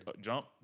jump